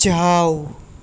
જાવ